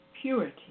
Purity